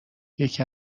یکی